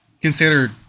consider